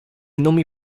nomi